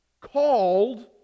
Called